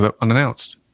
unannounced